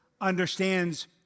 understands